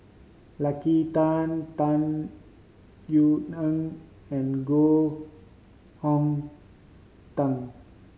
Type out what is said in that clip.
Lucy Tan Tung Yue Nang and Koh Hong Teng